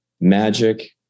magic